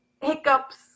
hiccups